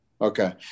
Okay